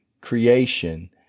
creation